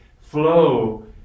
flow